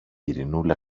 ειρηνούλα